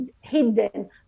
hidden